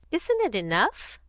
isn't it enough?